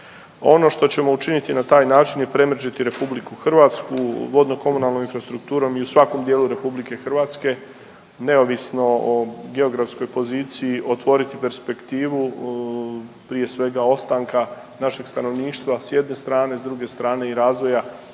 Ono što ćemo učiniti na taj način je premrežiti RH vodnokomunalnom infrastrukturom i u svakom dijelu RH neovisno o geografskoj poziciji otvoriti perspektivu prije svega ostanka našeg stanovništva s jedne strane, s druge strane i razvoja